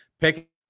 pick